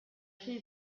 rhy